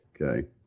Okay